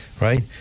Right